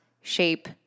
shape